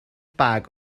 bag